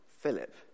Philip